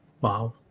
Wow